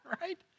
right